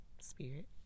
spirit